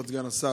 כבוד סגן השרה,